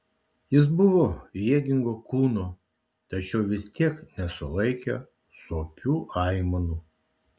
jis buvo jėgingo kūno tačiau vis tiek nesulaikė sopių aimanų